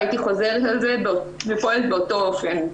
הייתי חוזרת על זה ופועלת באותו אופן.